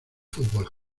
fútbol